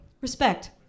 Respect